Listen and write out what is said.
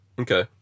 Okay